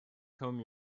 comb